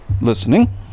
listening